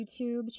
YouTube